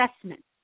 assessment